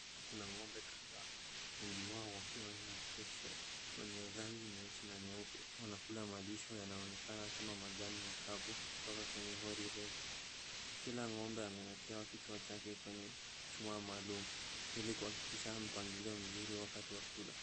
Kuna ng'ombe kadha wengi wao wakiwa ni freshian wenye rangi nyeusi na nyeupe. Wanakula lishe yanayojulikana kama majani ya kavu kutoka kwenye hori refu . Kila ng'ombe amewekewa kichwa chake kwenye chuma maalum ili kuhakikisha mpangilio nzuri wakati wa kula.